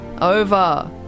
over